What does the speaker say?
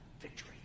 victory